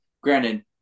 Granted